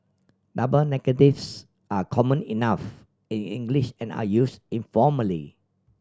double negatives are common enough in English and are use informally